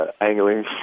angling